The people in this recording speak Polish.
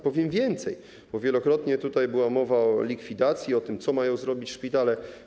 Powiem więcej, bo wielokrotnie była mowa o likwidacji, o tym, co mają zrobić szpitale.